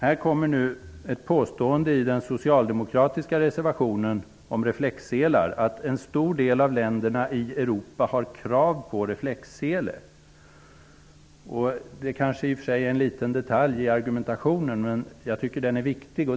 Det finns ett påstående i den socialdemokratiska reservationen om reflexselar, att en stor del av länderna i Europa har krav på reflexsele. Det kanske i och för sig är en liten detalj i argumentationen, men den är viktig.